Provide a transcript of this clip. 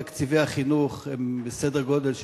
תקציבי החינוך הם בסדר-גודל של,